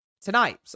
Tonight